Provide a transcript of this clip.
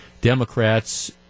Democrats